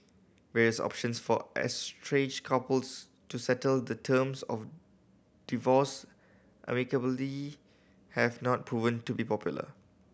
various options for estranged couples to settle the terms of divorce amicably have not proven to be popular